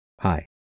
hi